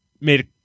made